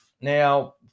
Now